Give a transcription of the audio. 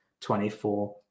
24